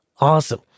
awesome